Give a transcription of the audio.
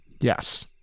yes